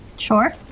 Sure